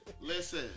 Listen